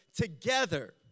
together